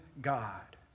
God